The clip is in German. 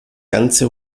ganze